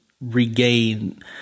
regain